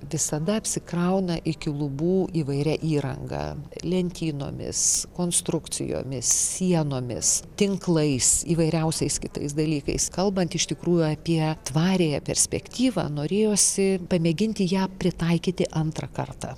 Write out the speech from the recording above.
visada apsikrauna iki lubų įvairia įranga lentynomis konstrukcijomis sienomis tinklais įvairiausiais kitais dalykais kalbant iš tikrųjų apie tvariąją perspektyvą norėjosi pamėginti ją pritaikyti antrą kartą